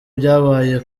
byabaye